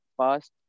past